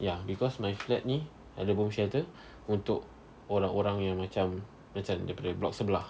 ya because my flat ni ada bomb shelter untuk orang-orang yang macam macam daripada blok sebelah